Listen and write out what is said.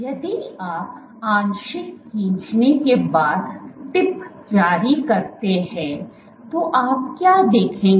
यदि आप आंशिक खींचने के बाद टिप जारी करते हैं तो आप क्या देखेंगे